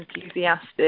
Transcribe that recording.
enthusiastic